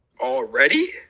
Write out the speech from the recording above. Already